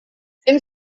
fem